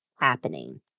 happening